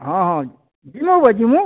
ହଁ ହଁ ବିଲକୁ ଯିମୁଁ